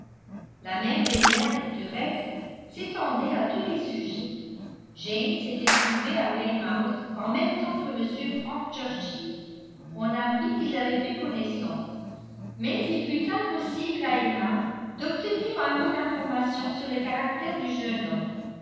la même réserve du reste s'étendait à tous les sujets jane s'était trouvée à weymouth en même temps que m frank churchill on apprit qu'ils avaient fait connaissance mais il fut impossible à emma d'obtenir un mot d'information sur le caractère du jeune homme